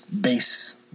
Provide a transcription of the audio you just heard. base